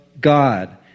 God